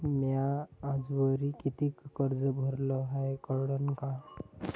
म्या आजवरी कितीक कर्ज भरलं हाय कळन का?